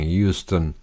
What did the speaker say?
Houston